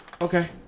Okay